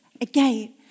again